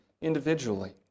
individually